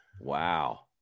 Wow